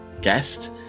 guest